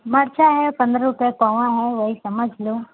मिर्च है पंद्रह रुपये पाव है वही समझ लो